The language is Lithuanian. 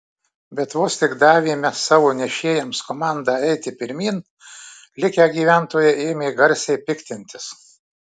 bet vos tik davėme savo nešėjams komandą eiti pirmyn likę gyventojai ėmė garsiai piktintis